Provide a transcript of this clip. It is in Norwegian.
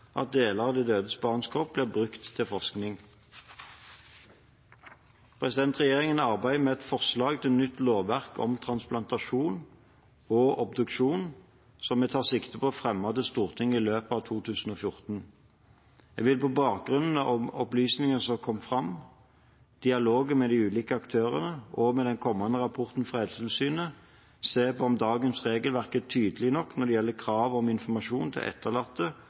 at deler av det døde barnets kropp blir brukt til forskning. Regjeringen arbeider med et forslag til nytt lovverk om transplantasjon og obduksjon som vi tar sikte på å fremme for Stortinget i løpet av 2014. Jeg vil på bakgrunn av opplysningene som har kommet fram, dialog med ulike aktører og den kommende rapporten fra Helsetilsynet se på om dagens regelverk er tydelig nok når det gjelder krav om informasjon til etterlatte